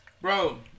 bro